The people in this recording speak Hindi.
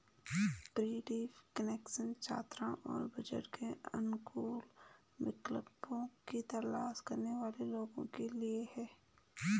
प्रीपेड कनेक्शन छात्रों और बजट के अनुकूल विकल्पों की तलाश करने वाले लोगों के लिए है